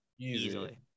easily